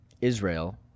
Israel